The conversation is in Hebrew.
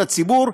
לציבור,